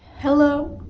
hello!